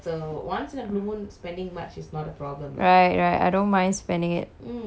right right I don't mind spending it it's damn filling